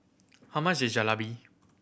how much is Jalebi